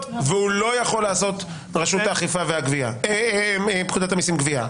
והוא לא יכול לעשות פקודת המיסים (גבייה).